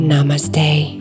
Namaste